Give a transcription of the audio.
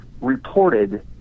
reported